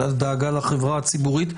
אלא זו דאגה לחברה הציבורית,